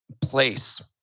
place